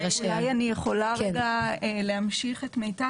אולי אני יכולה רגע להמשיך את מיטל.